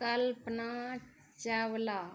Kalpana Chawla